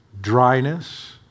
dryness